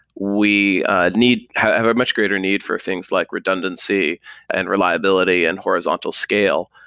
we need have a much greater need for things like redundancy and reliability and horizontal scale.